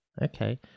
okay